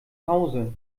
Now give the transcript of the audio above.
hause